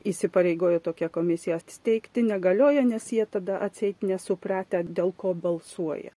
įsipareigojo tokią komisiją steigti negalioja nes jie tada atseit nesupratę dėl ko balsuoja